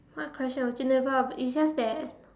what question would you never it's just that